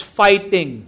fighting